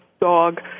dog